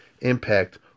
impact